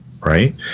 right